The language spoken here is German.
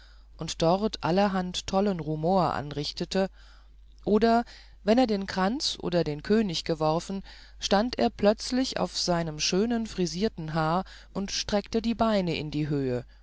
und dort allerhand tollen rumor anrichtete oder wenn er den kranz oder den könig geworfen stand er plötzlich auf seinem schön frisierten haar und streckte die beine in die höhe